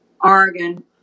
Oregon